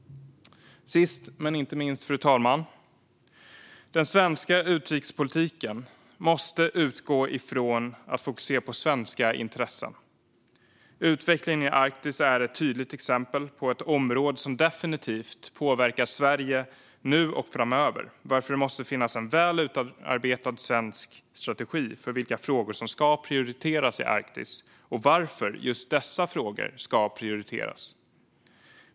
Sist men inte minst: Den svenska utrikespolitiken måste utgå från och fokusera på svenska intressen. Utvecklingen i Arktis är ett tydligt exempel på ett område som definitivt påverkar Sverige nu och framöver, varför det måste finnas en väl utarbetad svensk strategi när det gäller vilka frågor som ska prioriteras i Arktis och varför just dessa frågor ska prioriteras.